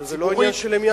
זה לא עניין של המיית לבי.